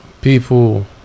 People